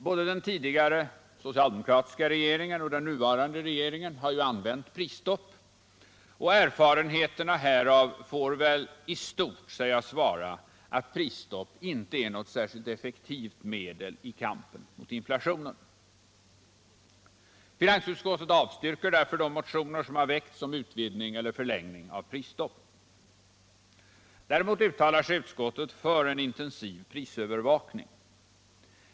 Både den tidigare socialdemokratiska regeringen och den nuvarande regeringen har ju använt prisstopp, och erfarenheterna härav får väl i stort sägas vara att prisstopp inte är något särskilt effektivt medel i kampen mot inflationen. Finansutskottet avstyrker därför de motioner som har väckts om utvidgning eller förlängning av prisstoppet. Däremot uttalar sig utskottet för en intensiv prisövervakning.